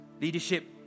leadership